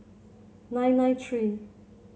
nine nine three